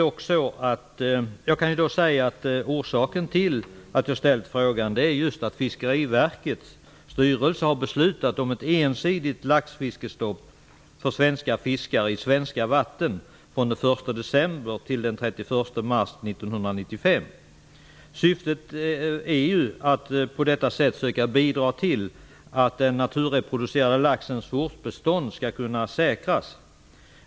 Orsaken till att jag ställt frågan är att Fiskeriverkets styrelse har beslutat om ett ensidigt laxfiskestopp för svenska fiskare i svenska vatten från den 1 december till den 31 mars 1995. Syftet är att på detta sätt söka bidra till att den naturreproducerade laxens fortbestånd skall kunna säkras.